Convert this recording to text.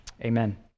amen